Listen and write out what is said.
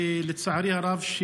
לצערי הרב,